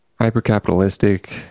Hyper-capitalistic